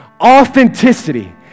Authenticity